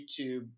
YouTube